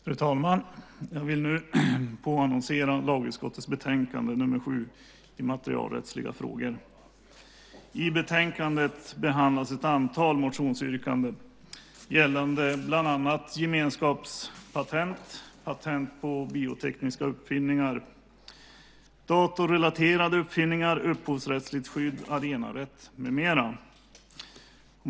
Fru talman! Jag vill nu påannonsera lagutskottets betänkande nr 7, Immaterialrättsliga frågor. I betänkandet behandlas ett antal motionsyrkanden gällande bland annat gemenskapspatent, patent på biotekniska uppfinningar, datorrelaterade uppfinningar, upphovsrättsligt skydd, arenarätt med mera.